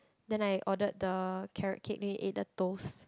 then I ordered the carrot cake then we ate the toast